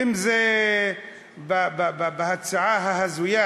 אם בהצעה ההזויה